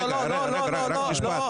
רגע, רגע, רק משפט.